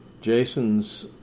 jason's